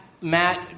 Matt